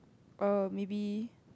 err maybe